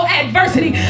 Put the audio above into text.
adversity